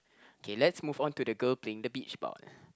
okay let's move on to the girl playing the beach ball